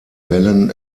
wellen